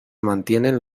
mantienen